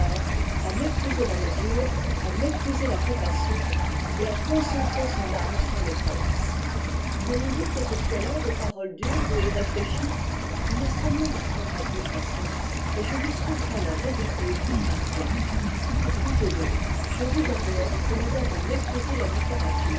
à mépriser la nature à mépriser la compassion et à concentrer son âme sur les pence croyez-vous que ce soient là des paroles dures ou irréfléchies ayez seulement encore un peu de patience et je vous prouverai leur vérité point par point je dis d'abord que nous avons méprisé la littérature